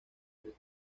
del